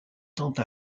tente